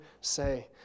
say